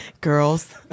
Girls